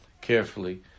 carefully